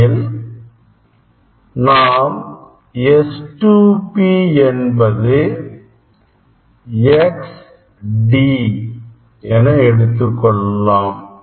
எனில் நாம் S2P என்பது XD என எடுத்துக்கொள்ளலாம்